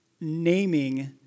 naming